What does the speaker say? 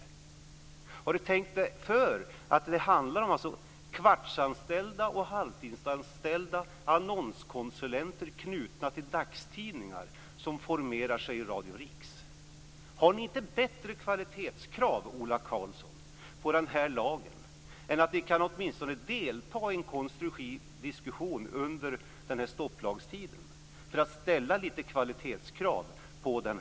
Har Ola Karlsson tänkt sig för? Det handlar om kvartsanställda och halvtidsanställda annonskonsulenter knutna till dagstidningar som formerar sig i Radio RIX. Har ni inte bättre kvalitetskrav på den här lagen, Ola Karlsson? Kan ni inte åtminstone delta i en konstruktiv diskussion under stopplagstiden för att ställa lite kvalitetskrav på lokalradion?